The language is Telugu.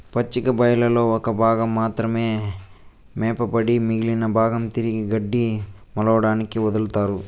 పచ్చిక బయళ్లలో ఒక భాగం మాత్రమే మేపబడి మిగిలిన భాగం తిరిగి గడ్డి మొలవడానికి వదులుతారు